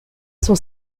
son